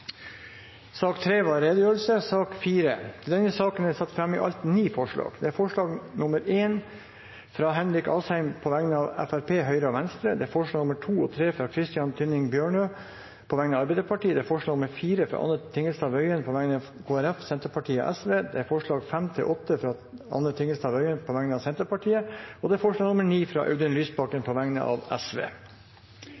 sak nr. 3. Under debatten er det satt fram i alt ni forslag. Det er forslag nr. 1, fra Henrik Asheim på vegne av Høyre, Fremskrittspartiet og Venstre forslagene nr. 2 og 3, fra Christian Tynning Bjørnø på vegne av Arbeiderpartiet forslag nr. 4, fra Anne Tingelstad Wøien på vegne av Kristelig Folkeparti, Senterpartiet og Sosialistisk Venstreparti forslagene nr. 5–8, fra Anne Tingelstad Wøien på vegne av Senterpartiet forslag nr. 9, fra Audun Lysbakken